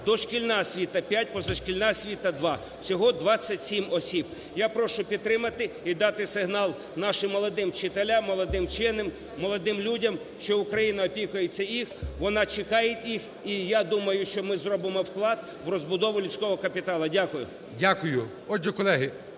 дошкільна освіта – 5, позашкільна освіта – 2. Всього 27 осіб. Я прошу підтримати і дати сигнал нашим молодим вчителям, молодим вченим, молодим людям, що Україна опікується ними, вона чекає їх. І я думаю, що ми зробимо вклад в розбудову людського капіталу. Дякую. ГОЛОВУЮЧИЙ. Дякую. Отже, колеги,